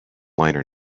liner